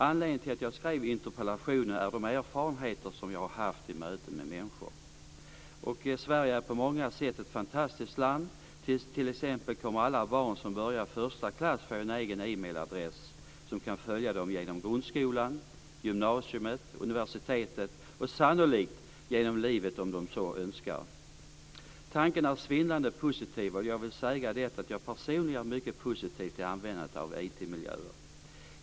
Anledningen till att jag skrev interpellationen är de erfarenheter som jag har fått i möte med människor. Sverige är på många sätt ett fantastiskt land, t.ex. kommer alla barn som börjar första klass att få sin egen e-mail-adress som kan följa dem genom grundskolan, gymnasiet, universitetet och sannolikt genom livet - om de så önskar. Tanken är svindlande positiv. Jag är personligen mycket positiv till användandet av IT-miljöer.